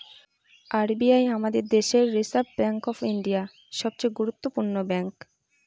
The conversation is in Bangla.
আর বি আই আমাদের দেশের রিসার্ভ ব্যাঙ্ক অফ ইন্ডিয়া, সবচে গুরুত্বপূর্ণ ব্যাঙ্ক